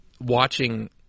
watching